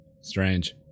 Strange